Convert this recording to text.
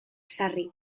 sarri